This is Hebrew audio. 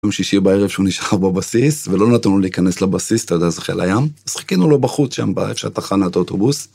ביום שישי בערב שהוא נשאר בבסיס ולא נתנו לנו להיכנס לבסיס, אתה יודע זה חיל הים, אז חיכינו לו בחוץ שם איפה שהתחנת אוטובוס.